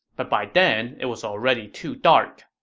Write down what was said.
but by then it was already too dark